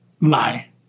lie